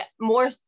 more